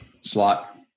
slot